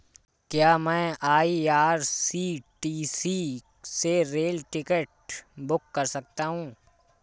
क्या मैं आई.आर.सी.टी.सी से रेल टिकट बुक कर सकता हूँ?